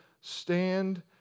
stand